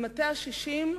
במטה ה-60,